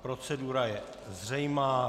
Procedura je zřejmá.